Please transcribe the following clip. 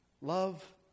Love